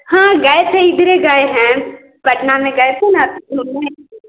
हाँ गए थे इधर ही गए हैं पटना में गए थे ना घूमने के लिए